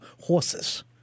horses